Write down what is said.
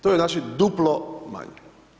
To je, znači, duplo manje.